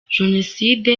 jenoside